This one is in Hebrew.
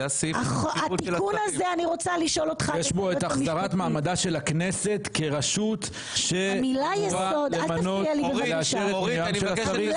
יש בו את החזרת מעמדה של הכנסת כרשות שאמורה למנות ולאשר את השרים.